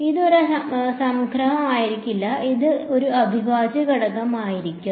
ഇത് ഒരു സംഗ്രഹമായിരിക്കില്ല അത് ഒരു അവിഭാജ്യ അവകാശമായിരിക്കും